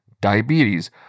diabetes